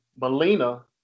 Melina